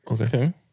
Okay